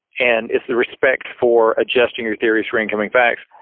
and it's the respect for adjusting your theories for incoming facts.